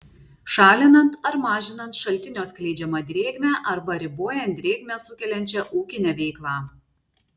šalinant ar mažinant šaltinio skleidžiamą drėgmę arba ribojant drėgmę sukeliančią ūkinę veiklą